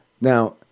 Now